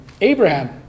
Abraham